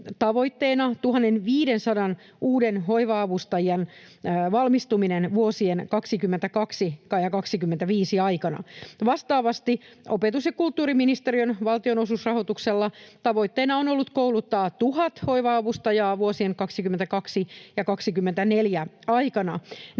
tavoitteena 1 500 uuden hoiva-avustajan valmistuminen vuosien 22—25 aikana. Vastaavasti opetus- ja kulttuuriministeriön valtionosuusrahoituksella tavoitteena on ollut kouluttaa 1 000 hoiva-avustajaa vuosien 22—24 aikana.